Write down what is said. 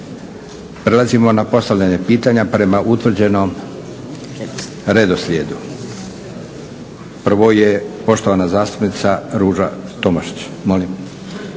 Prelazimo na postavljanje pitanja prema utvrđenom redosljedu. Prvo je poštovana zastupnica Ruža Tomašić.